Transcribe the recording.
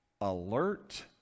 alert